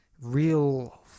real